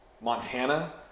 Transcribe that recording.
Montana –